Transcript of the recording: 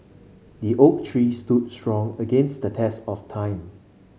the oak tree stood strong against the test of time